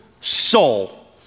soul